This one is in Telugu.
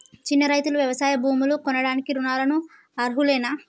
చిన్న రైతులు వ్యవసాయ భూములు కొనడానికి రుణాలకు అర్హులేనా?